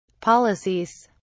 policies